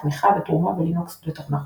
תמיכה ותרומה בלינוקס ותוכנה חופשית.